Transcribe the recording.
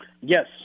Yes